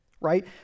right